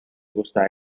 gusta